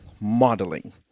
modeling